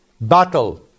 Battle